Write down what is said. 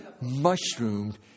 mushroomed